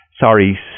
sorry